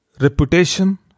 Reputation